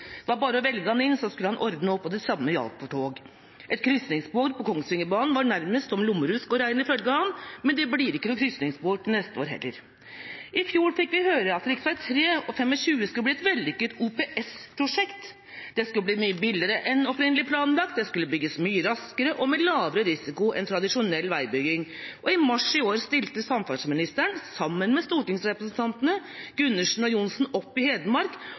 Det var bare å velge ham inn, så skulle han ordne opp. Det samme gjaldt for tog. Et krysningsspor på Kongsvingerbanen var ifølge ham nærmest som lommerusk å regne. Men det blir ikke krysningsspor til neste år heller. I fjor fikk vi høre at rv. 3/25 skulle bli et vellykket OPS-prosjekt. Det skulle bli mye billigere enn opprinnelig planlagt, bygges mye raskere og med lavere risiko enn tradisjonell veibygging. I mars i år stilte samferdselsministeren opp i Hedmark, sammen med representantene Gundersen og Johnsen.